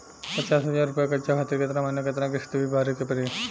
पचास हज़ार रुपया कर्जा खातिर केतना महीना केतना किश्ती भरे के पड़ी?